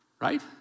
Right